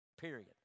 Period